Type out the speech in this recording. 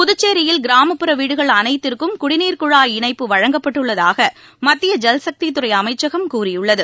புதுச்சேரியில் கிராமப்புற வீடுகள் அனைத்திற்கும் குடி நீர் குழாய் இணைப்பு வழங்கப்பட்டுள்ளதாக மத்திய ஜல் சக்தித் துறை அமைச்சகம் கூறியுள்ளது